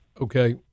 Okay